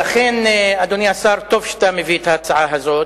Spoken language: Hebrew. לכן, אדוני השר, טוב שאתה מביא את ההצעה הזאת,